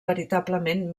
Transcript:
veritablement